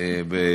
אה.